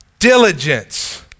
diligence